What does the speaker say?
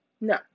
No